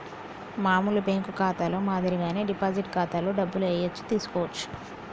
మామూలు బ్యేంకు ఖాతాలో మాదిరిగానే డిపాజిట్ ఖాతాలో డబ్బులు ఏయచ్చు తీసుకోవచ్చు